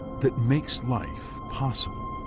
that makes life possible?